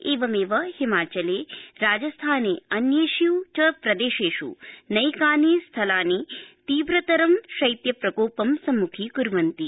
एवमेव हिमाचले राजस्थाने अन्येष् च प्रदेशेष् नैकानि स्थलानि तीव्रतरं शैत्य प्रकोपं संमुखीकुर्वन्ति